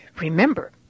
Remember